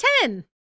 ten